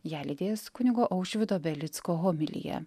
ją lydės kunigo aušvydo belicko homilija